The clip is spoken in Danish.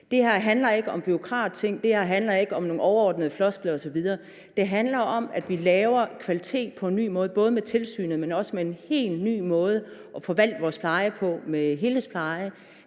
Det her handler ikke om bureaukratiske ting; det her handler ikke om nogle overordnede floskler osv. Det handler om, at vi laver kvalitet på en ny måde, både med tilsynet, men også med en helt ny måde at forvalte vores pleje på med helhedspleje,